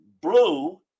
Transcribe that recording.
blue